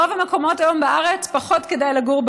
ברוב המקומות היום בארץ פחות כדאי לגור,